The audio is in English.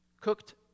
Cooked